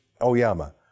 Oyama